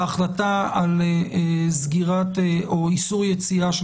ההחלטה על סגירת או איסור יציאה של